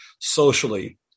socially